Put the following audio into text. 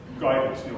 guidance